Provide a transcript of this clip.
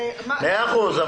הרי --- מאה אחוז.